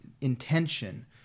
intention